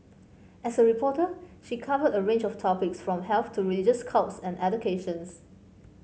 as a reporter she covered a range of topics from health to religious cults and educations